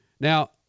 Now